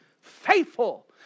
faithful